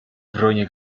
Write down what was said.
wronie